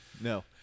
No